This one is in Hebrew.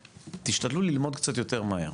תשתדלו ללמוד קצת יותר מהר,